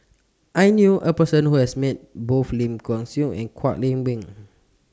I knew A Person Who has Met Both Lim Kay Siu and Kwek Leng Beng